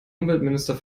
umweltminister